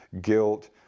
guilt